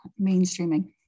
mainstreaming